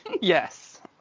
Yes